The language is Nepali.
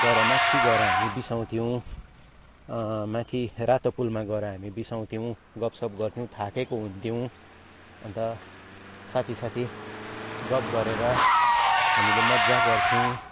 गएर माथि गएर हामी बिसाउँथ्यौँ माथि रातो पुलमा गएर हामी बिसाउँथ्यौँ गफसफ गर्थ्यौँ थाकेको हुन्थ्यौँ अन्त साथी साथी गफ गरेर हामीले मजा गर्थ्यौँ